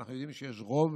ואנחנו יודעים שיש רוב